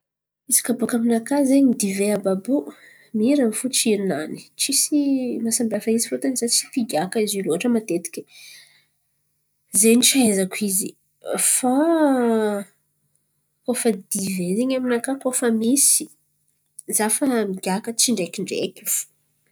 Izy kà baka aminakà zen̈y divay àby àby io mirana fo tsiro-nany tsisy mahasambihafa fôtiny za tsy pigiaka zo loatra mateteky. Izy zen̈y tsy ahaizako izy fa koa fa divay ze aminakà koa fa misy za fa migiaka tsy draikidraiky fo.